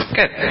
Good